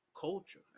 culture